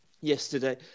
yesterday